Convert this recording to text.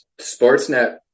Sportsnet